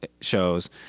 shows